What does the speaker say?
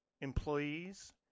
employees